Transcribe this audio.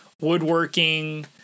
Woodworking